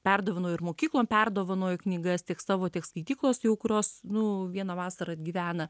perdovanoju ir mokyklom perdovanoju knygas tiek savo tiek skaityklos jau kurios nu vieną vasarą atgyvena